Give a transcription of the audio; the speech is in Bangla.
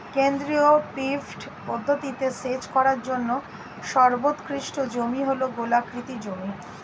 কেন্দ্রীয় পিভট পদ্ধতিতে সেচ করার জন্য সর্বোৎকৃষ্ট জমি হল গোলাকৃতি জমি